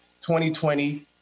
2020